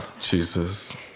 Jesus